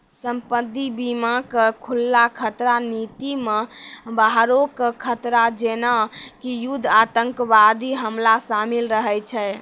संपत्ति बीमा के खुल्ला खतरा नीति मे बाहरो के खतरा जेना कि युद्ध आतंकबादी हमला शामिल रहै छै